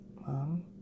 mom